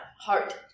heart